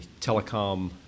telecom